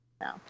No